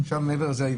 מעבר לזה,